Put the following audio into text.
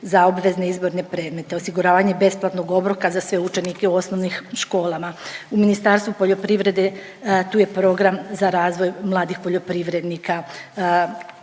za obvezne izborne predmete, osiguravanje besplatnog obroka za sve učenike u osnovnih školama. U Ministarstvu poljoprivrede, tu je program za razvoj mladih poljoprivrednika